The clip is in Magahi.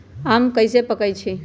आम कईसे पकईछी?